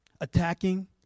attacking